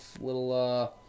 little